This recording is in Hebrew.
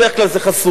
בדרך כלל זה חסוי,